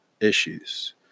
issues